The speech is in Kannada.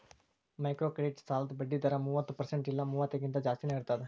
ಮೈಕ್ರೋಕ್ರೆಡಿಟ್ ಸಾಲದ್ ಬಡ್ಡಿ ದರ ಮೂವತ್ತ ಪರ್ಸೆಂಟ್ ಇಲ್ಲಾ ಮೂವತ್ತಕ್ಕಿಂತ ಜಾಸ್ತಿನಾ ಇರ್ತದ